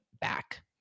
back